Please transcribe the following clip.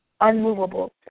unmovable